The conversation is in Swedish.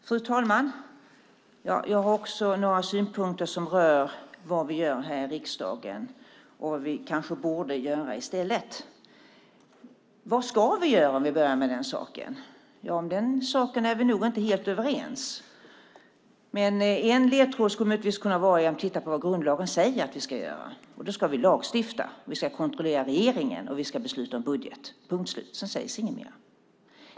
Fru talman! Jag har också några synpunkter som rör vad vi gör här i riksdagen och vad vi kanske borde göra i stället. Vad ska vi göra? Ja, om den saken är vi nog inte helt överens. En ledtråd skulle möjligtvis kunna vara att titta på vad grundlagen säger att vi ska göra. Det är att vi ska lagstifta, kontrollera regeringen och besluta om budget. Punkt slut - sedan sägs ingenting mer.